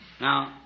Now